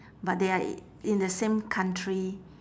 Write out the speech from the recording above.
but they are in the same country